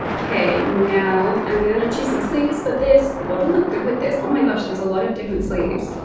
okay. now i'm gonna choose some sleeves for but this. what are the good with this? oh my gosh, there's a lot of different sleeves.